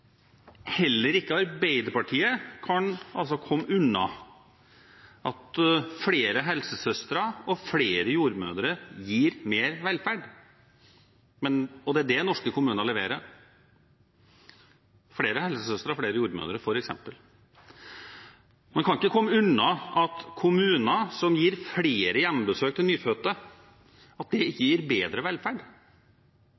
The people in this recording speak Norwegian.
Heller ikke Arbeiderpartiet kan komme unna at flere helsesøstre og flere jordmødre gir mer velferd. Det er det norske kommuner leverer – f.eks. flere helsesøstre og flere jordmødre. Man kan ikke komme unna at kommuner som gir flere hjemmebesøk til nyfødte, gir bedre velferd. Man kan ikke